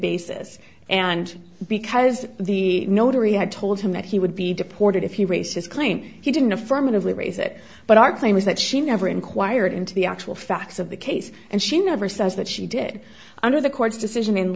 basis and because the notary had told him that he would be deported if he raised his claim he didn't affirmatively raise it but our claim is that she never inquired into the actual facts of the case and she never says that she did under the court's decision in